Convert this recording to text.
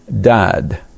died